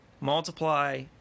Multiply